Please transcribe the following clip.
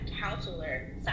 counselor